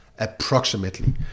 approximately